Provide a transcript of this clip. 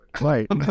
Right